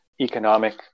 economic